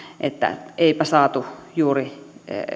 että eipä saatu juuri